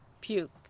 puke